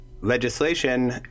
legislation